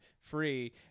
free